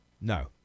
no